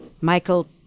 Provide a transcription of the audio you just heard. Michael